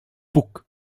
puk